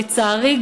לצערי,